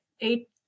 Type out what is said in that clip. eight